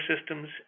systems